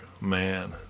man